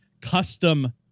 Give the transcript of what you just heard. custom